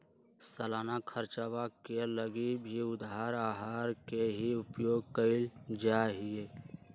सालाना खर्चवा के लगी भी उधार आहर के ही उपयोग कइल जाहई